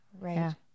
Right